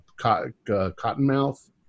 Cottonmouth